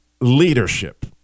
leadership